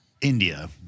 India